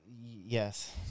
Yes